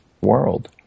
world